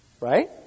Right